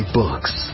books